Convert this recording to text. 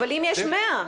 ואם יש מאה?